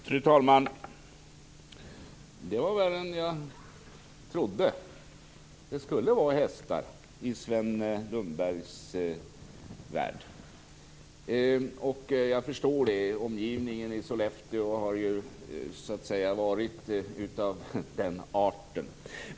Fru talman! Det här var värre än jag trodde. Det skall vara hästar i Sven Lundbergs värld. Omgivningen i Sollefteå har ju varit av den arten.